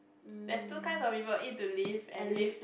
there's two kinds of people eat to live and live